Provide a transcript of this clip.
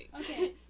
Okay